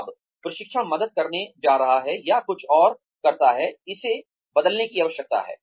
अब प्रशिक्षण मदद करने जा रहा है या कुछ और करता है इसे बदलने की आवश्यकता है